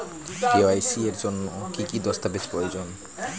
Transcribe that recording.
KYC এর জন্যে কি কি দস্তাবেজ প্রয়োজন?